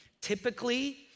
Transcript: typically